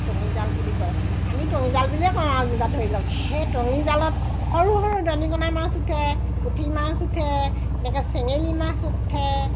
টঙি জাল বুলি কয় আমি টঙি জাল বুলিয়ে কওঁ আৰু কিবা ধৰি লওক সেই টঙি জালত সৰু সৰু দনিকনা মাছ উঠে পুঠি মাছ উঠে এনেকৈ চেঙেলী মাছ উঠে